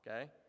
Okay